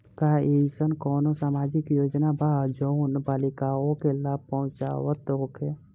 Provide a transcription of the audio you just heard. का एइसन कौनो सामाजिक योजना बा जउन बालिकाओं के लाभ पहुँचावत होखे?